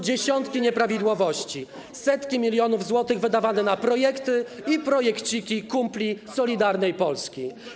dziesiątki nieprawidłowości, setki milionów złotych wydawanych na projekty i projekciki kumpli z Solidarnej Polski.